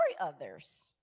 others